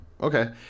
okay